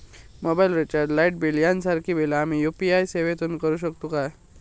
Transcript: Mobile recharge, light bill यांसारखी बिला आम्ही यू.पी.आय सेवेतून करू शकतू काय?